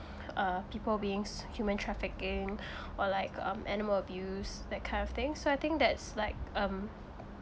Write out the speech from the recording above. uh people beings human trafficking or like um animal abuse that kind of thing so I think that's like um